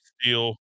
steel